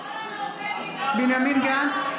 בנימין גנץ,